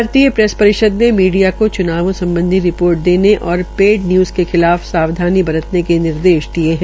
भारतीय प्रैस परिषद ने मीडिया का च्नावों सम्बधी रिपोर्ट देने और पेड न्य्ज़ के खिलाफ सावधानी बरतने क निर्देश दिये है